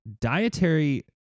dietary